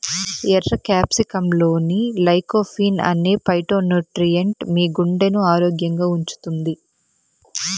ఎర్ర క్యాప్సికమ్లోని లైకోపీన్ అనే ఫైటోన్యూట్రియెంట్ మీ గుండెను ఆరోగ్యంగా ఉంచుతుంది